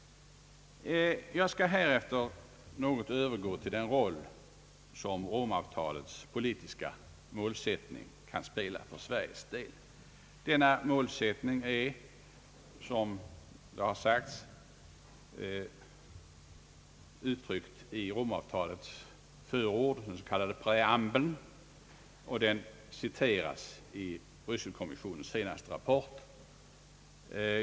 Jag skall härefter övergå till den roll som Rom-avtalets politiska målsättning kan spela för Sveriges del. Denna målsättning uttrycks i Rom-avtalets förord, den s.k. preambeln, vilken citeras i Bryssel-kommissionens senaste rapport.